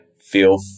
feel